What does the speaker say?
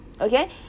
okay